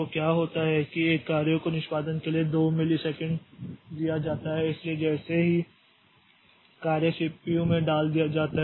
तो क्या होता है कि एक कार्य को निष्पादन के लिए 2 मिलीसेकंड दिया जाता है इसलिए जैसे ही कार्य सीपीयू में डाल दिया जाता है